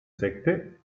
sekte